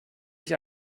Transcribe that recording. ich